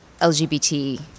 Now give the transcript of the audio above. LGBT